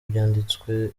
byanditswe